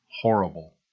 horrible